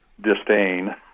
disdain